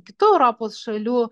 kitų europos šalių